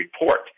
report